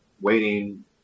waiting